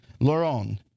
Loron